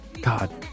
god